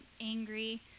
angry